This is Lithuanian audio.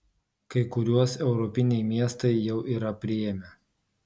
kai kuriuos europiniai miestai jau yra priėmę